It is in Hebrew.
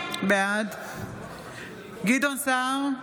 בעד גדעון סער,